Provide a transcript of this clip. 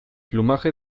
plumaje